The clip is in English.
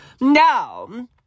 Now